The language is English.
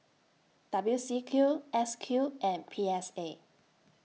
W C Q S Q and P S A